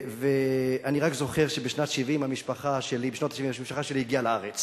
ואני רק זוכר שבשנות ה-70 המשפחה שלי הגיעה לארץ,